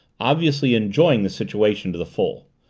obviously enjoying the situation to the full,